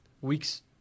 weeks